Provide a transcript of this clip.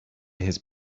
his